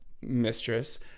Mistress